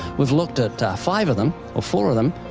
we've looked at ah five of them, or four of them,